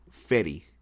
Fetty